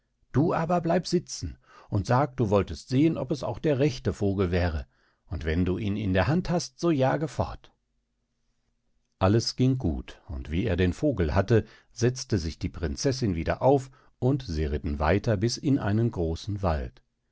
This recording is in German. du aber bleib sitzen und sag du wolltest sehen ob es auch der rechte vogel wäre und wenn du ihn in der hand hast so jage fort alles ging gut und wie er den vogel hatte setzte sich die prinzessin wieder auf und sie ritten weiter bis in einen großen wald